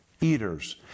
eaters